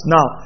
Now